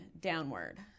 downward